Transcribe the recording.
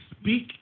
speak